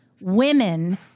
women